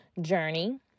journey